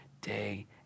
day